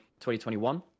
2021